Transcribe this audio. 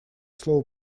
слово